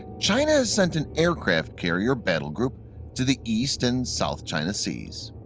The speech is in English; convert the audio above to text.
china has sent an aircraft carrier battle group to the east and south china seas.